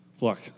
Look